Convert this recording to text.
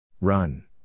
Run